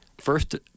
first